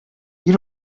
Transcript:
you